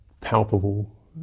palpable